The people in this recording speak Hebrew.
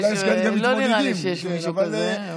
לא נראה לי שיש מישהו כזה,